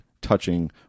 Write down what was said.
touching